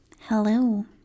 Hello